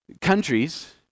countries